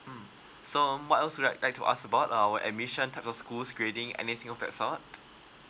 um so what else you like like to ask about our admission type of schools grading anything of that sort